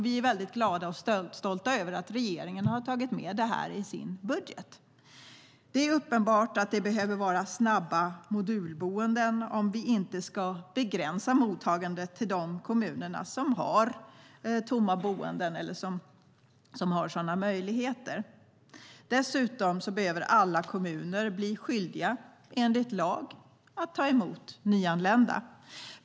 Vi är väldigt glada och stolta över att regeringen har tagit med det i sin budget. Det är uppenbart att det behövs snabba modulboenden om vi inte ska begränsa mottagandet till de kommuner som har tomma boenden eller som har sådana möjligheter. Dessutom behöver alla kommuner bli skyldiga enligt lag att ta emot nyanlända.